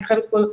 אני חייבת פה,